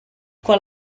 quan